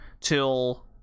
till